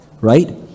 Right